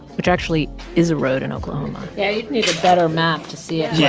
which actually is a road in oklahoma yeah, you'd need a better map to see it. yeah.